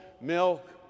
milk